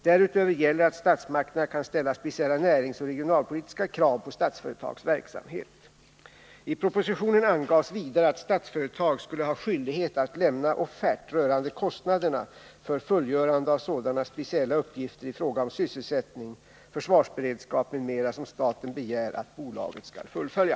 Därutöver gäller att statsmakterna kan ställa speciella näringsoch regionalpolitiska krav på Statsföretags verksamhet. I propositionen angavs vidare att Statsföretag skulle ha skyldighet att lämna offert rörande kostnaderna för fullgörande av sådana speciella uppgifter i fråga om sysselsättning, försvarsberedskap m.m. som staten begär att bolaget skall fullfölja.